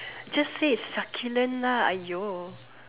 just say succulent lah !aiyo!